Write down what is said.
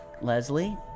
Leslie